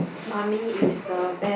mummy is the be~